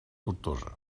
tortosa